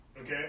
Okay